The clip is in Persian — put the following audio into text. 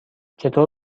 چطور